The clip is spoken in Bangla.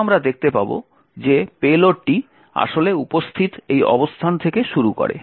তারপর আমরা দেখতে পাব যে পেলোডটি আসলে উপস্থিত এই অবস্থান থেকে শুরু করে